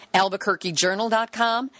albuquerquejournal.com